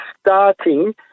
starting